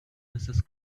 mrs